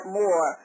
more